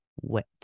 wet